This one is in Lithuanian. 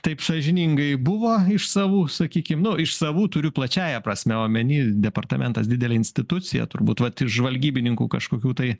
taip sąžiningai buvo iš savų sakykim nu iš savų turiu plačiąja prasme omeny departamentas didelė institucija turbūt vat iš žvalgybininkų kažkokių tai